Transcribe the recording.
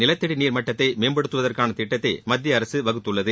நிலத்தடிநீர் மட்டத்தை மேம்படுத்துவதற்கான திட்டத்தை மத்தியஅரசு வகுத்துள்ளது